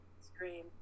Screen